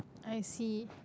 I see